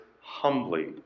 humbly